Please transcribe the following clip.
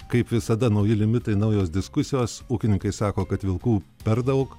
kaip visada nauji limitai naujos diskusijos ūkininkai sako kad vilkų per daug